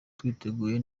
twiteguye